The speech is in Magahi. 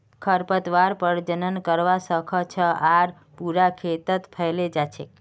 खरपतवार प्रजनन करवा स ख छ आर पूरा खेतत फैले जा छेक